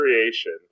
creation